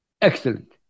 Excellent